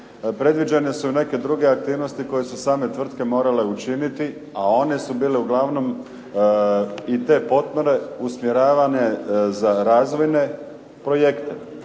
Predviđene su neke druge aktivnosti koje su same tvrtke morale učiniti, a one su bile uglavnom i te potpore usmjeravane za razvojne projekte.